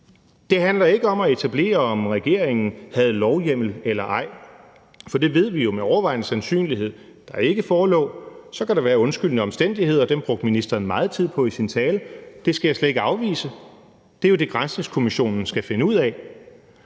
Det handler ikke om at etablere en undersøgelse, om regeringen havde en lovhjemmel eller ej, for vi ved med overvejende sandsynlighed, at det forelå der ikke. Så kan der være undskyldende omstændigheder, og dem brugte ministeren meget tid på i sin tale. Det skal jeg slet ikke afvise. Det er jo det, Granskningskommissionen skal finde ud af.